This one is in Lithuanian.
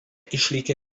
išlikę